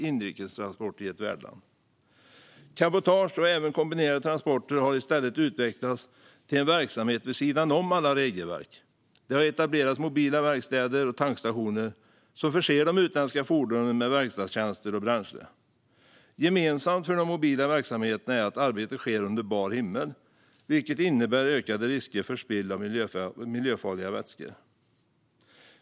Men cabotage och även kombinerade transporter har i stället utvecklats till en verksamhet vid sidan av alla regelverk. Det har etablerats mobila verkstäder och tankstationer som förser de utländska fordonen med verkstadstjänster och bränsle. Gemensamt för de mobila verksamheterna är att arbetet sker under bar himmel, vilket innebär ökade risker för spill av miljöfarliga vätskor.